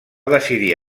decidir